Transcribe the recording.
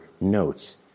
notes